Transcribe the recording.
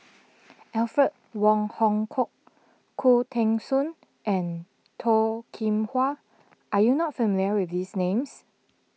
Alfred Wong Hong Kwok Khoo Teng Soon and Toh Kim Hwa are you not familiar with these names